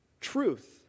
truth